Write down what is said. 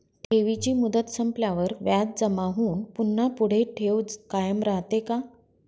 ठेवीची मुदत संपल्यावर व्याज जमा होऊन पुन्हा पुढे ठेव कायम राहते का?